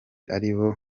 aribo